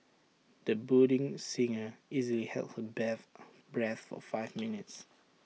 the budding singer easily held her breath for five minutes